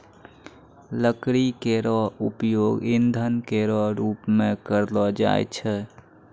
लकड़ी केरो उपयोग ईंधन केरो रूप मे करलो जाय छै